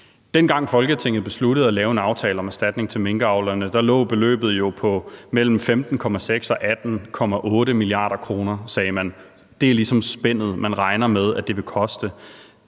Dengang Folketinget besluttede at lave en aftale om erstatning til minkavlerne, lå beløbet jo på mellem 15,6 og 18,8 mia. kr., sagde man. Det er ligesom spændet, man regner med det vil koste.